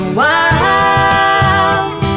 wild